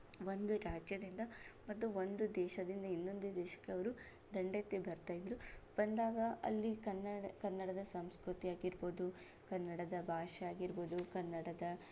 ಒಂದು ರಾಜ್ಯದಿಂದ ಮತ್ತು ಒಂದು ದೇಶದಿಂದ ಇನ್ನೊಂದು ದೇಶಕ್ಕೆ ಅವರು ದಂಡೆತ್ತಿ ಬರ್ತಾಯಿದ್ರು ಬಂದಾಗ ಅಲ್ಲಿ ಕನ್ನಡ ಕನ್ನಡದ ಸಂಸ್ಕೃತಿಯಾಗಿರ್ಬೋದು ಕನ್ನಡದ ಭಾಷೆಯಾಗಿರ್ಬೋದು ಕನ್ನಡದ